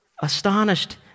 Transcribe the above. astonished